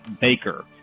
Baker